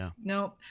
Nope